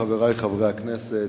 חברי חברי הכנסת,